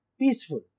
Peaceful